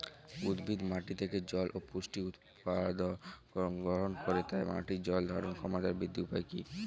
উদ্ভিদ মাটি থেকে জল ও পুষ্টি উপাদান গ্রহণ করে তাই মাটির জল ধারণ ক্ষমতার বৃদ্ধির উপায় কী?